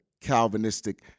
calvinistic